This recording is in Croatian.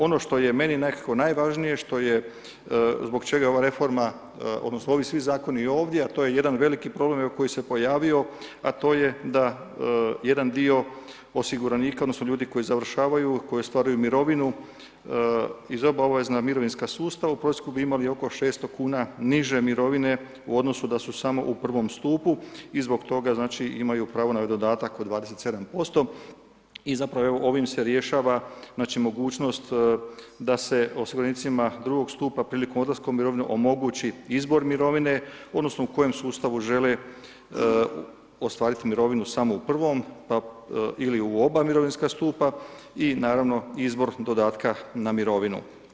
Ono što je meni nekako najvažnije, zbog čega je ova reforma odnosno ovi svi zakoni ovdje a to je jedan veliki problem koji se pojavio, a to je da jedan dio osiguranika odnosno ljudi koji završavaju, koji ostvaruju mirovinu iz obaveznog mirovinskog sustava, u prosjeku bi imali oko 600 kuna niže mirovine u odnosu da su samo u prvom stupu i zbog toga znači maju pravo na ovaj dodatak od 27% i zapravo ovim se rješava znači mogućnost da se osiguranicima drugog stupa prilikom odlaska u mirovinu omogućiti izbor mirovine odnosno u kojem sustavu žele ostvariti mirovinu samo u prvom ili u oba mirovinska stupa i naravno, izbor dodatka na mirovinu.